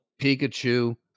Pikachu